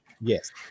Yes